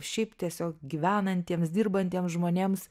šiaip tiesiog gyvenantiems dirbantiems žmonėms